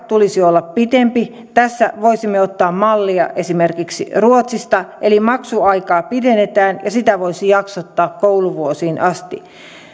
tulisi olla pitempi tässä voisimme ottaa mallia esimerkiksi ruotsista eli maksuaikaa pidennettäisiin ja sitä voisi jaksottaa kouluvuosiin asti